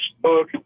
book